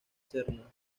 serna